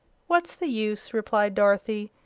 what's the use? replied dorothy.